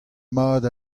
mat